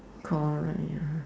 call Reyna